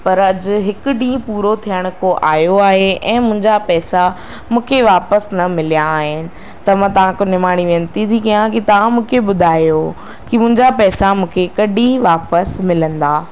पर अॼु हिकु ॾींहुं पूरो थियण को आहियो आहे ऐं मुंहिंजा पैसा मूंखे वापसि न मिलिया आहिनि त मां तव्हांखे निमाणी वेनिती थी कियां की तव्हां मूंखे ॿुधायो की मुंहिंजा पैसा मूंखे कॾहिं वापसि मिलंदा